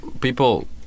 people